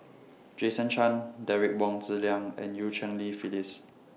Jason Chan Derek Wong Zi Liang and EU Cheng Li Phyllis